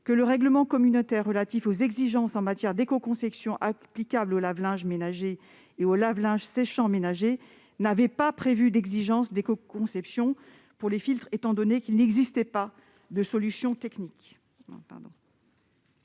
que le règlement communautaire relatif aux exigences en matière d'écoconception applicables aux lave-linge ménagers et aux lave-linge séchants ménagers n'avait pas prévu d'exigences d'écoconception pour les filtres, « étant donné qu'il n'existait pas de solution technique